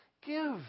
give